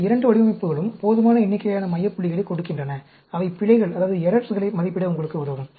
இந்த இரண்டு வடிவமைப்புகளும் போதுமான எண்ணிக்கையிலான மைய புள்ளிகளைக் கொடுக்கின்றன அவை பிழைகளை மதிப்பிட உங்களுக்கு உதவும்